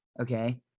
Okay